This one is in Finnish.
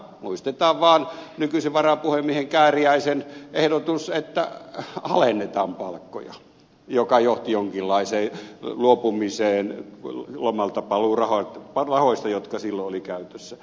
muistetaan vaan nykyisen varapuhemiehen kääriäisen ehdotus että alennetaan palkkoja joka johti jonkinlaiseen luopumiseen lomaltapaluurahoista jotka silloin olivat käytössä